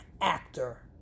actor